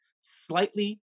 slightly